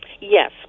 Yes